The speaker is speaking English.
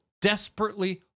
desperately